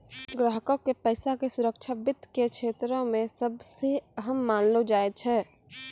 ग्राहको के पैसा के सुरक्षा वित्त के क्षेत्रो मे सभ से अहम मानलो जाय छै